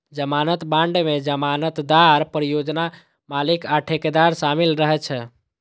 जमानत बांड मे जमानतदार, परियोजना मालिक आ ठेकेदार शामिल रहै छै